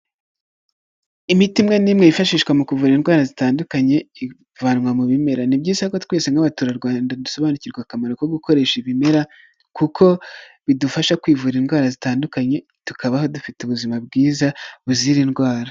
Imiti imwe n'imwe yifashishwa mu kuvura indwara zitandukanye ivanwa mu bimera, ni byiza ko twese nk'abaturarwanda dusobanukirwa akamaro ko gukoresha ibimera kuko bidufasha kwivura indwara zitandukanye, tukabaho dufite ubuzima bwiza buzira indwara.